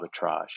arbitrage